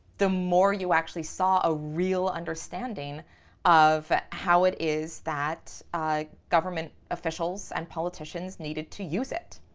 the more you actually saw a real understanding of how it is that government officials and politicians needed to use it.